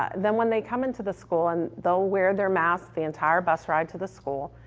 ah then when they come into the school and they'll wear their masks the entire bus ride to the school.